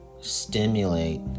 stimulate